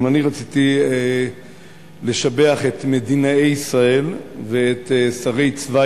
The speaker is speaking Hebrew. גם אני רציתי לשבח את מדינאי ישראל ואת שרי צבא